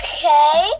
Okay